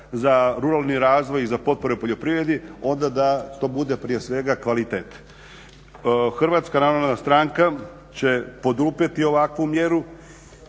za ruralni razvoj i za potpore poljoprivredi onda da to bude prije svega kvalitet. HNS će poduprijeti ovakvu mjeru